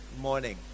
morning